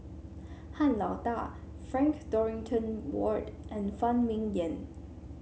Han Lao Da Frank Dorrington Ward and Phan Ming Yen